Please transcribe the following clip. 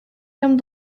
comme